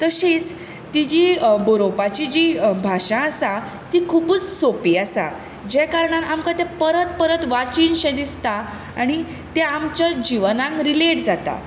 तशीच तिजी बरोवपाची जी भाशा आसा ती खुबूच सोंपी आसा जें कारणान आमकां तें परत परत वाचीनशें दिसता आनी तें आमच्या जिवनांग रिलेट जाता